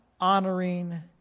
honoring